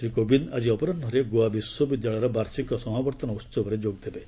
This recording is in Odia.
ଶ୍ରୀ କୋବିନ୍ଦ୍ ଆଜି ଅପରାହୁରେ ଗୋଆ ବିଶ୍ୱବିଦ୍ୟାଳୟର ବାର୍ଷିକ ସମାବର୍ତ୍ତନ ଉତ୍ସବରେ ଯୋଗଦେବେ